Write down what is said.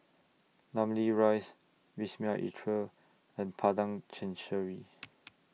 Namly Rise Wisma Atria and Padang Chancery